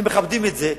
הם מכבדים את זה.